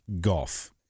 golf